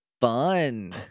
Fun